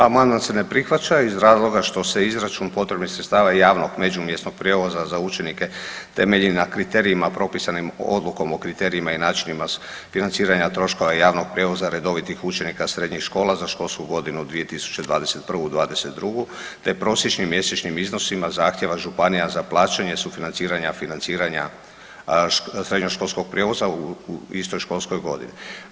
Amandman se ne prihvaća iz razloga što se izračun potrebnih sredstva javnog međumjesnog prijevoza za učenike temelji na kriterijima propisanim Odlukom o kriterijima i načinima financiranja troškova javnog prijevoza učenika srednjih škola za što školsku godinu 2021/22 te prosječnim mjesečnim iznosima zahtjeva županija za plaćanje sufinanciranja, financiranja srednjoškolskog prijevoza u istoj školskoj godini.